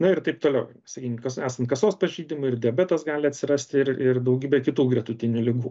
na ir taip toliau sakykim kas esant kasos pažeidimui ir diabetas gali atsirasti ir ir daugybė kitų gretutinių ligų